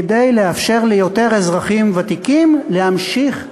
כדי לאפשר ליותר אזרחים ותיקים להמשיך לעבוד,